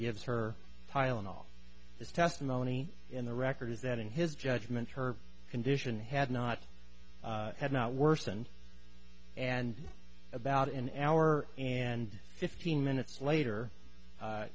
gives her tylenol this testimony in the record is that in his judgment her condition had not had not worsen and about an hour and fifteen minutes later